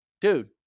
dude